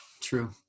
True